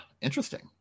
Interesting